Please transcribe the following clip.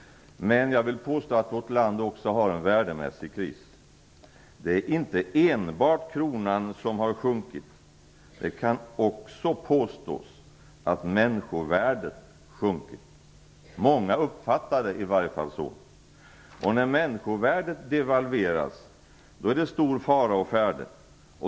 Men jag vill påstå att vårt land också har en värdemässig kris. Det är inte enbart kronan som har sjunkit. Det kan också påstås att människovärdet har sjunkit. Många uppfattar det i varje fall så. Och när människovärdet devalveras, då är det stor fara å färde.